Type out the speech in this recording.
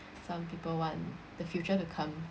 some people want the future to come